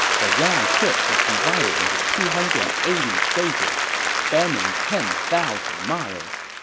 the round trip is divided into two hundred and eighty stages, spanning ten thousand miles.